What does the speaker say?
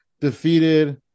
defeated